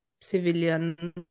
civilian